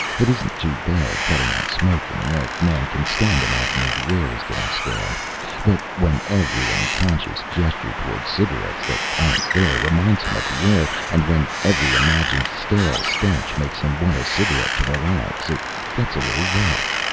it isn't too bad cutting out smoking a man can stand imagining the air is getting stale but when every unconscious gesture toward cigarettes that aren't there reminds him of the air, and when every imagined stale stench makes him want a cigarette to relax, it gets a little rough.